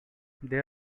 they